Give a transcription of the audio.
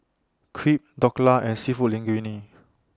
Crepe Dhokla and Seafood Linguine